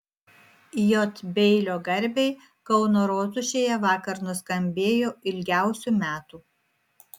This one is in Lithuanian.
j beilio garbei kauno rotušėje vakar nuskambėjo ilgiausių metų